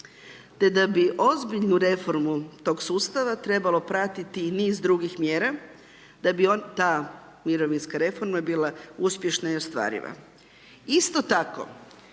te da bi ozbiljnu reformu tog sustavu trebalo pratiti i niz drugih mjera da bi ona, ta mirovinska reforma bila uspješna i ostvariva. Isto tako,